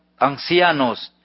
ancianos